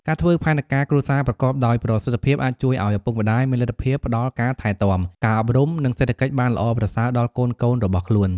ការធ្វើផែនការគ្រួសារប្រកបដោយប្រសិទ្ធភាពអាចជួយឲ្យឪពុកម្តាយមានលទ្ធភាពផ្តល់ការថែទាំ ការអប់រំ និងសេដ្ឋកិច្ចបានល្អប្រសើរដល់កូនៗរបស់ខ្លួន។